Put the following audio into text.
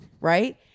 right